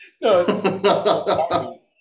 No